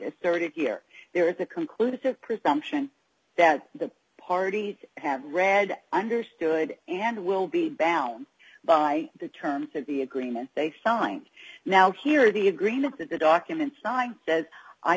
asserted here there is a conclusive presumption that the parties have read understood and will be bound by the terms of the agreement they signed now here the agreement that the document signed says i